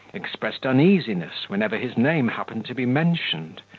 expressed uneasiness whenever his name happened to be mentioned,